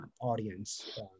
audience